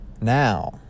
now